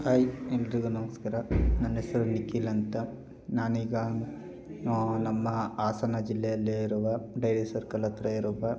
hi ಎಲ್ರಿಗೂ ನಮಸ್ಕಾರ ನನ್ನ ಹೆಸರು ನಿಖಿಲ್ ಅಂತ ನಾನು ಈಗ ನಮ್ಮ ಹಾಸನ ಜಿಲ್ಲೆಯಲ್ಲೇ ಇರುವ ಡೈರಿ ಸರ್ಕಲ್ ಹತ್ರ ಇರುವ